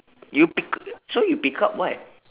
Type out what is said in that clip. you pick up so you pick up what